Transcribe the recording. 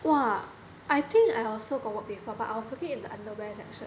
!wah! I think I also got work before but I was working in the underwear section